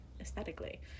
Aesthetically